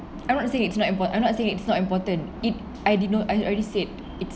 I'm not saying it's not impo~ I'm not saying it's not important it I didn't know I already said it's